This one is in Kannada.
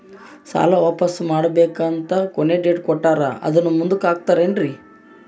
ಸಾಲ ವಾಪಾಸ್ಸು ಮಾಡಬೇಕಂದರೆ ಕೊನಿ ಡೇಟ್ ಕೊಟ್ಟಾರ ಅದನ್ನು ಮುಂದುಕ್ಕ ಹಾಕುತ್ತಾರೇನ್ರಿ?